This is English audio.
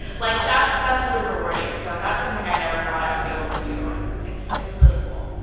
like that's that's really rewarding. so that's something i never thought i would be able to do. and it's it's really cool.